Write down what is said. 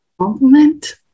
compliment